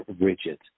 rigid